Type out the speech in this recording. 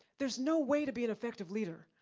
there's no way to be an effective leader.